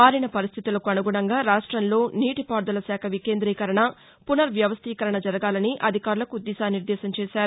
మారిన పరిస్టితులకు అనుగుణంగా రాష్టంలో నీటిపారుదలశాఖ వికేంద్రీకరణ పునర్వ్యవస్దీకరణ జరగాలని అధికారులకు దిశానిద్దేశం చేసారు